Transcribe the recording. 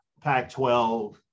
Pac-12